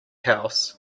house